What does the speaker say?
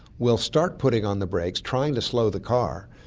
will start putting on the brakes, trying to slow the car,